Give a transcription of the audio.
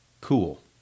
cool